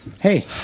hey